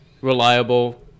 reliable